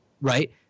Right